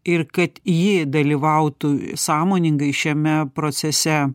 ir kad ji dalyvautų sąmoningai šiame procese